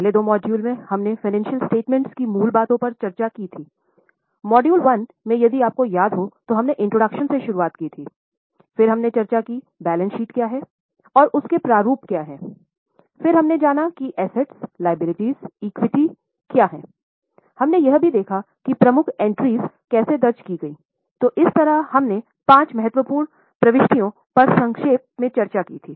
पहले दो मॉड्यूल में हमनें वित्तीय वक्तव्यों कैसे दर्ज की गईं तो इस तरह हमने पाँच महत्वपूर्ण प्रविष्टियों पर संक्षेप में चर्चा की थी